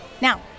Now